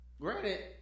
Granted